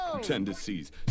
tendencies